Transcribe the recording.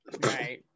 Right